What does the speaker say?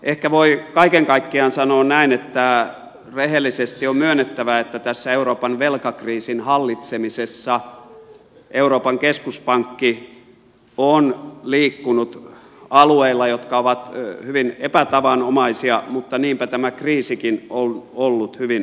ehkä voi kaiken kaikkiaan sanoa näin että rehellisesti on myönnettävä että tässä euroopan velkakriisin hallitsemisessa euroopan keskuspankki on liikkunut alueilla jotka ovat hyvin epätavanomaisia mutta niinpä tämä kriisikin on ollut hyvin epätavanomainen